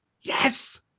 Yes